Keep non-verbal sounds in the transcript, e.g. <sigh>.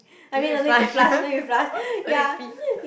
no need to fly here <laughs> no need to pee